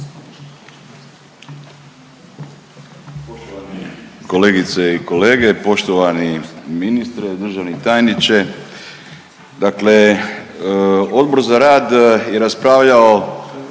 kolegice i kolege, poštovani ministre, državni tajniče, dakle Odbor za rad je raspravljao